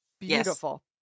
Beautiful